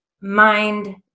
mind